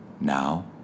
Now